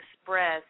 express